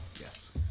yes